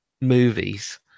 movies